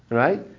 right